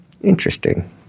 Interesting